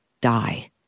die